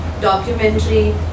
documentary